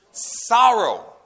sorrow